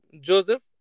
Joseph